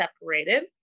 separated